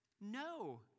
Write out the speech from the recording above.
No